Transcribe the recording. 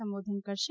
સંબોધન કરશે